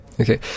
Okay